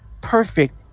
perfect